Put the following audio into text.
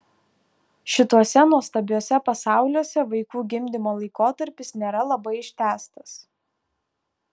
šituose nuostabiuose pasauliuose vaikų gimdymo laikotarpis nėra labai ištęstas